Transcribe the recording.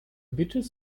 beaches